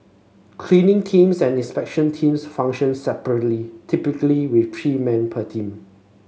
cleaning teams and inspection teams function separately typically with three men per team